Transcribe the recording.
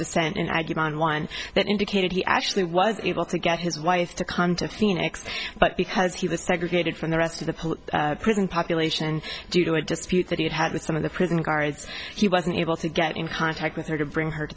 dissent and i demand one that indicated he actually was able to get his wife to come to phoenix but because he was segregated from the rest of the police prison population due to a dispute that he had had with some of the prison guards she wasn't able to get in contact with her to bring her